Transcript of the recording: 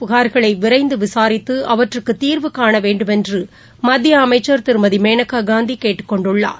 புகார்களைவிரைந்துவிசாரித்துஅவற்றுக்குதீர்வு காணவேண்டும் என்றுமத்தியஅமைச்சர் திருமதிமேனகாகாந்திகேட்டுக்கொண்டுள்ளார்